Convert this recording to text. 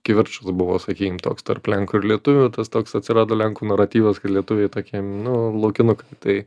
kivirčas buvo sakykim toks tarp lenkų ir lietuvių tas toks atsirado lenkų naratyvas kad lietuviai tokie nu laukinukai tai